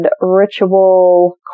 ritual